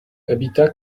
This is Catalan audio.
evitar